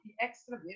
extra